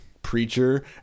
Preacher